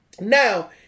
Now